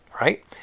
right